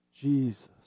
Jesus